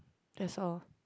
that's all